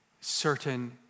certain